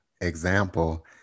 example